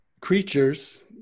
creatures